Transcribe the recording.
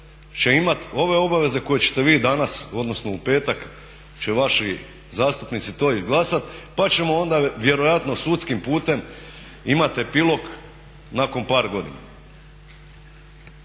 će imati ove obaveze koje ćete vi danas, odnosno u petak će vaši zastupnici to izglasati pa ćemo onda vjerojatno sudskim putem imati epilog nakon par godina.